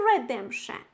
redemption